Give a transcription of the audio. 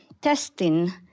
testing